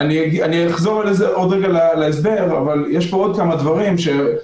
אני מציעה שאולי כאן אשר להכניס דברים שדיברנו.